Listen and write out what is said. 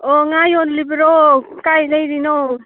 ꯑꯣ ꯉꯥ ꯌꯣꯜꯂꯤꯕꯔꯣ ꯀꯗꯥꯏ ꯂꯩꯔꯤꯅꯣ